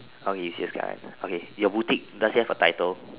okay you see the skyline okay your boutique does it have a title